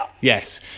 Yes